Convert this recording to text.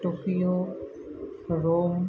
Tokyo Rome